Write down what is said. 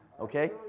okay